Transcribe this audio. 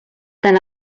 tant